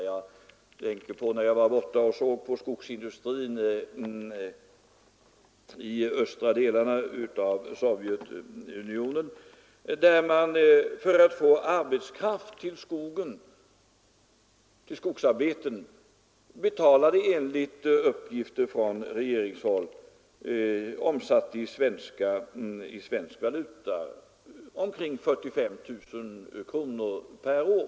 Jag tänker på det tillfälle då jag såg på skogsindustrin i östra delarna av Sovjetunionen där man för att få arbetskraft till skogsarbeten betalade, enligt uppgifter från regeringshåll, omsatt i svensk valuta omkring 45 000 kronor per år.